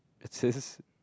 it says